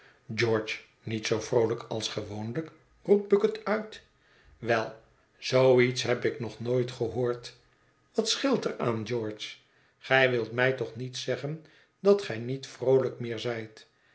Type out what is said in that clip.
george niet zoo vroolijk als gewoonlijk roept bucket uit wel zoo iets heb ik nog nooit gehoord wat scheelt er aan george gij wilt mij toch niet zeggen dat gij niet vroolijk meer zijt